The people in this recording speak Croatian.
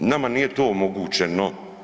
Nama nije to omogućeno.